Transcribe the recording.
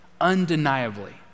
undeniably